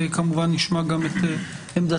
וכמובן שנשמע גם את עמדתה.